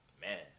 Man